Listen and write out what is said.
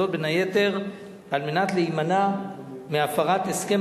וזאת בין היתר על מנת להימנע מהפרת הסכם